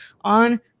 on